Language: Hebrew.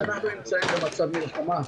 אנחנו נמצאים במצב מלחמה,